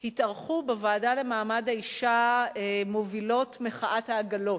התארחו בוועדה למעמד האשה מובילות מחאת העגלות,